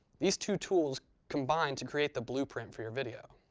these two tools combine to create the blueprint for your video.